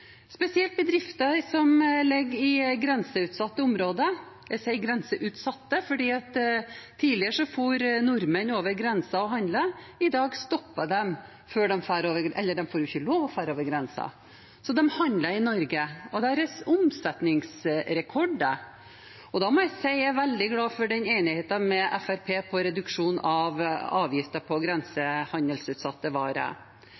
spesielt bedrifter som ligger i grenseutsatte områder. Jeg sier «grenseutsatte», for tidligere reiste nordmenn over grensen og handlet. I dag stopper de. De får ikke lov til å reise over grensen, så de handler i Norge. Det er omsetningsrekorder. Da må jeg si jeg er veldig glad for enigheten med Fremskrittspartiet om reduksjon i avgifter på grensehandelsutsatte varer.